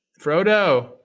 Frodo